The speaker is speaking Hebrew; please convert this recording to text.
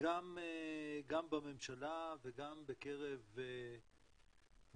גם בממשלה וגם בקרב מומחים,